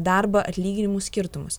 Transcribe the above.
darbą atlyginimų skirtumus